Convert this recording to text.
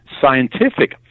scientific